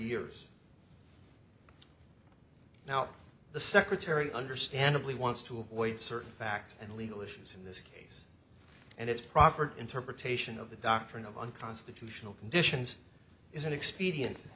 years now the secretary understandably wants to avoid certain facts and legal issues in this case and its proffered interpretation of the doctrine of unconstitutional conditions is an expedient